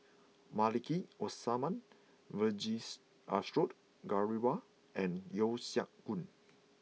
Maliki Osman Vijesh Ashok Ghariwala and Yeo Siak Goon